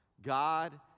God